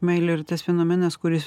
meilė yra tas fenomenas kuris